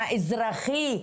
האזרחי,